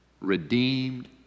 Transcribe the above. redeemed